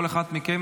כל אחד מכם